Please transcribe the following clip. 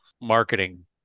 marketing